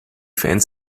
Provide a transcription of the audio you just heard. fans